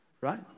right